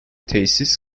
tesis